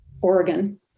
Oregon